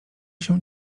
się